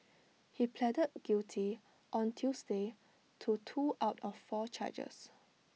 he pleaded guilty on Tuesday to two out of four charges